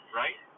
right